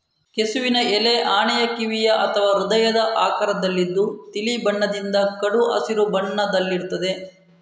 ಕೆಸುವಿನ ಎಲೆ ಆನೆಯ ಕಿವಿಯ ಅಥವಾ ಹೃದಯದ ಆಕಾರದಲ್ಲಿದ್ದು ತಿಳಿ ಬಣ್ಣದಿಂದ ಕಡು ಹಸಿರು ಬಣ್ಣದಲ್ಲಿರ್ತದೆ